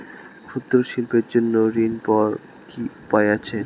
ক্ষুদ্র শিল্পের জন্য ঋণ পাওয়ার কি উপায় আছে?